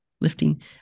lifting